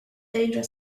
danger